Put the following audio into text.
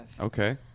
Okay